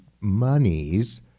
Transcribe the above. monies